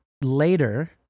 later